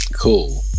Cool